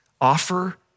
offer